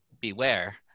Beware